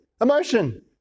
Emotion